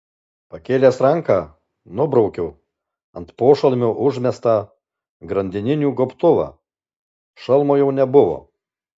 pakėlęs ranką nubraukiau ant pošalmio užmestą grandininių gobtuvą šalmo jau nebuvo